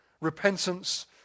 repentance